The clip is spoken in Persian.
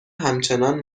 همچنان